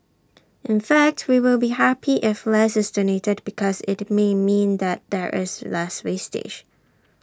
in fact we will be happy if less is donated because IT may mean that there is less wastage